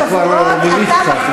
ואז זה כבר מביך קצת.